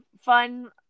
fun